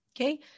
Okay